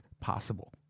possible